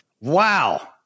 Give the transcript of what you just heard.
Wow